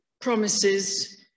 promises